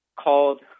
called